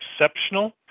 exceptional